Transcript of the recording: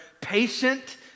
patient